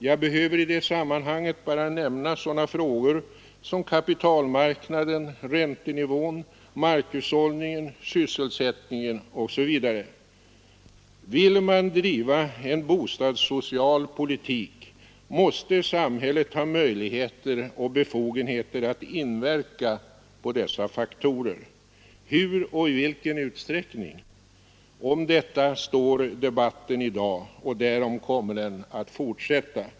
Jag behöver i det sammanhanget bara nämna sådana frågor som kapitalmarknaden, räntenivån, markhushållningen, sysselsättningen osv. Vill man driva en bostadssocial politik måste samhället ha möjligheter och befogenheter att inverka på dessa faktorer. Hur och i vilken utsträckning? Om detta står debatten i dag och därom kommer den att fortsätta.